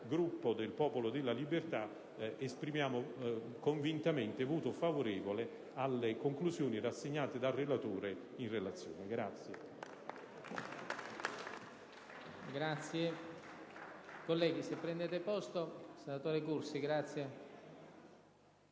Gruppo del Popolo della Libertà, esprimiamo convintamente voto favorevole alle conclusioni rassegnate dal relatore della Giunta.